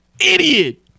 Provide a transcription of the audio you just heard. Idiot